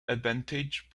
advantage